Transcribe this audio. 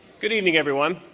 good evening, everyone.